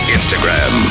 Instagram